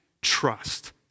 trust